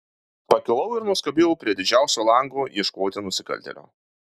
pakilau ir nuskubėjau prie didžiausio lango ieškoti nusikaltėlio